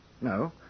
No